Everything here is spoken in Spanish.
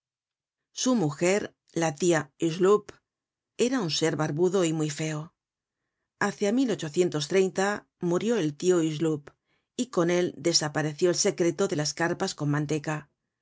su mujer la tia hucheloup era un ser barbudo y muy feo hácia murió el tio hucheloup y con él desapareció el secreto de las carpas con manteca